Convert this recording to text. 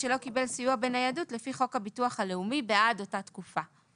שלא קיבל סיוע בניידות לפי חוק הביטוח הלאומי בעד אותה תקופה.